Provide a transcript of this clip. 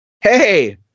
hey